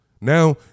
Now